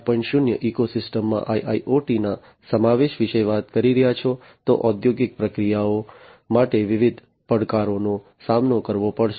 0 ઈકોસિસ્ટમમાં IIoT ના સમાવેશ વિશે વાત કરી રહ્યા છો તો ઔદ્યોગિક પ્રક્રિયાઓ માટે વિવિધ પડકારોનો સામનો કરવો પડશે